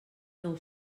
nou